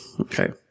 Okay